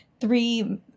three